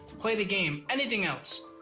play the game, anything else.